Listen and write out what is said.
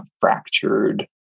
fractured